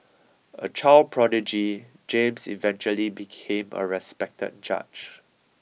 a child prodigy James eventually became a respected judge